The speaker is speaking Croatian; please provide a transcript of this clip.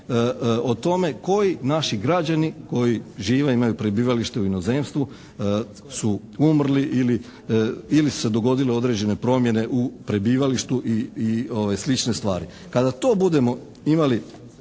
o tome koji naši građani koji žive i imaju prebivalište u inozemstvu su umrli ili su se dogodile određene promjene u prebivalištu i slične stvari. Kada to budemo imali